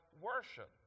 worship